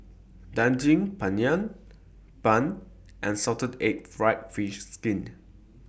Daging Penyet Bun and Salted Egg Fried Fish Skin